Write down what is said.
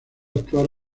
actuar